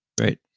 Right